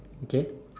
okay